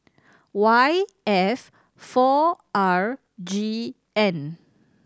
Y F four R G N